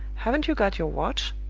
haven't you got your watch?